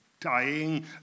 dying